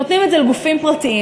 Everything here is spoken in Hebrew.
נותנים את זה לגופים פרטיים,